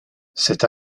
cette